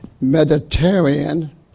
Mediterranean